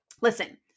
Listen